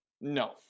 No